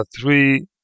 three